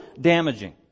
damaging